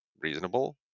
reasonable